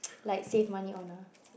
like save money on ah